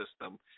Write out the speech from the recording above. system